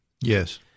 Yes